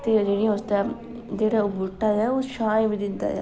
ते जेह्ड़ी उसदा जेह्ड़ा ओह् बूह्टा ऐ ओह् छां बी दिंदा ऐ